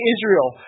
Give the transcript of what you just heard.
Israel